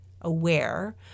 aware